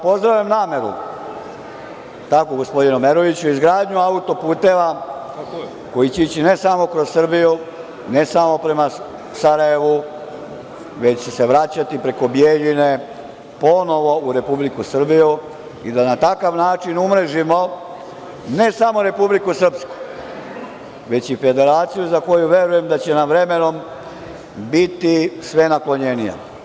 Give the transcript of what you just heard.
Pozdravljam nameru, gospodine Omeroviću, izgradnju auto-puteva koji će ići ne samo kroz Srbiju, ne samo prema Sarajevu, već će se vraćati preko Bjeljine, ponovo u Republiku Srbiju i da na takav način umrežimo ne samo Republiku Srpsku, već i Federaciju, za koju verujem da će nam vremenom biti sve naklonjenija.